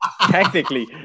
technically